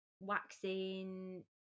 waxing